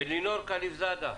אלינור כליפזאדה.